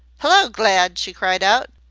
hello, glad! she cried out.